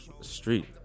Street